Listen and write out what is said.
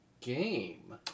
game